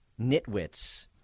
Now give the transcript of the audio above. nitwits